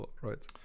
right